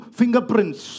fingerprints